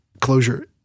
closure